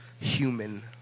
human